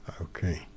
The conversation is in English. Okay